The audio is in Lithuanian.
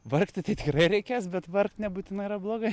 vargti tai tikrai reikės bet vargt nebūtinai yra blogai